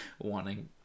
wanting